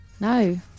No